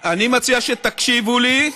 אני מציע שתקשיבו לי.